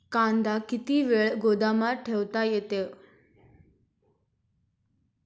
कांदा किती वेळ गोदामात ठेवता येतो?